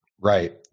Right